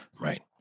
Right